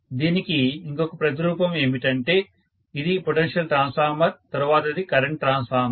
దీనికి ఇంకొక ప్రతి రూపం ఏమిటంటే ఇది పొటెన్షియల్ ట్రాన్స్ఫార్మర్ తరువాతది కరెంటు ట్రాన్స్ఫార్మర్